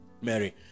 mary